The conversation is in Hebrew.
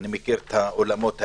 אני מכיר את האולמות האלה.